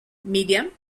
medium